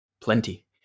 plenty